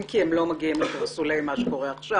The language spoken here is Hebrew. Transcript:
אם כי הם אינם מגיעים לקרסולי מה שקורה עכשיו.